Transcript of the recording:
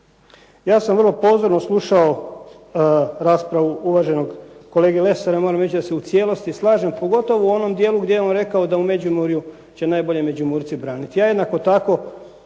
Ja sam vrlo pozorno slušao raspravu uvaženog kolege Lesara, moram reći da se u cijelosti slažem pogotovo u onom dijelu gdje je on rekao da će u Međimurju će najbolje Međimurci braniti.